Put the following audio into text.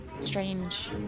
strange